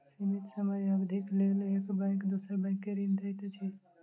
सीमित समय अवधिक लेल एक बैंक दोसर बैंक के ऋण दैत अछि